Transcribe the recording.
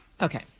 Okay